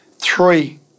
Three